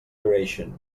duration